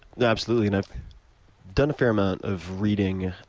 absolutely. and i've done a fair amount of reading,